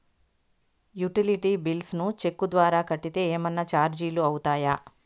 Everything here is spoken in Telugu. యుటిలిటీ బిల్స్ ను చెక్కు ద్వారా కట్టితే ఏమన్నా చార్జీలు అవుతాయా?